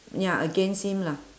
ya against him lah